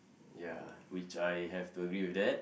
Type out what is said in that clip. ya which I have to agree with that